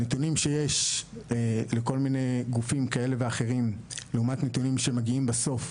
הנתונים שיש לכל מיני גופים כאלה ואחרים לעומת נתונים שמגיעים בסוף,